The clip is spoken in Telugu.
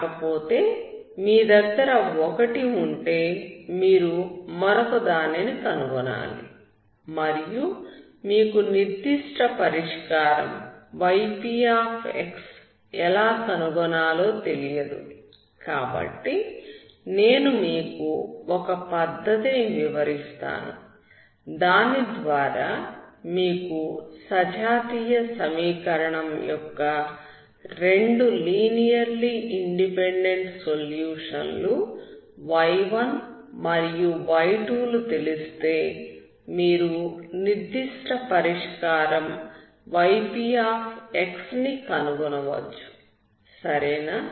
కాకపోతే మీ దగ్గర ఒకటి ఉంటే మీరు మరొక దానిని కనుగొనాలి మరియు మీకు నిర్దిష్ట పరిష్కారం yp ఎలా కనుగొనాలో తెలియదు కాబట్టి నేను మీకు ఒక పద్ధతిని వివరిస్తాను దాని ద్వారా మీకు సజాతీయ సమీకరణం యొక్క రెండు లీనియర్లీ ఇండిపెండెంట్ సొల్యూషన్ లు y1 మరియు y2 లు తెలిస్తే మీరు నిర్దిష్ట పరిష్కారం yp ని కనుగొనవచ్చు సరేనా